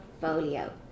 folio